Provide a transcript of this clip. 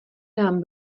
nám